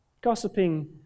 gossiping